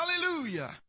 hallelujah